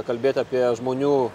kalbėt apie žmonių